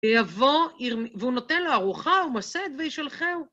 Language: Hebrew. יבוא והוא נותן לה ארוחה, הוא מסד והיא שולחהו.